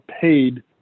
paid